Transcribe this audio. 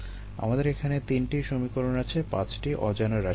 আমাদের এখানে 3টি সমীকরণ আছে 5টি অজানা রাশি আছে